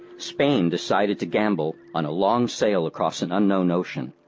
spain decided to gamble on a long sail across an unknown ocean.